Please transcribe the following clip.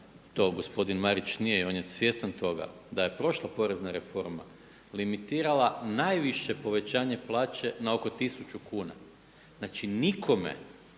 to gospodin Marić nije, on je svjestan toga da je prošla porezna reforma limitirala najviše povećanje plaće na oko 1000 kuna.